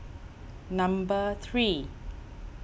number three